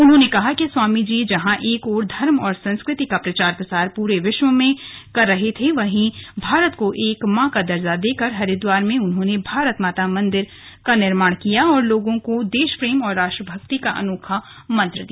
उन्होंने कहा कि स्वामी जी ने जहां एक ओर धर्म और संस्कृति का प्रचार प्रसार पूरे विश्व में किया वही भारत को एक मां का दर्जा देकर हरिद्वार में भारत माता मंदिर बनाकर लोगों को देश प्रेम और राष्ट्रभक्ति का अनोखा मंत्र दिया